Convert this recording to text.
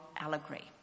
allegory